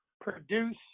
produce